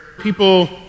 people